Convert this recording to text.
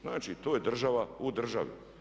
Znači to je država u državi.